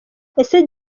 ese